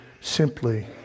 simply